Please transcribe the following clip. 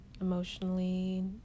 emotionally